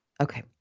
Okay